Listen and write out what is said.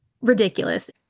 ridiculous